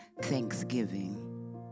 Thanksgiving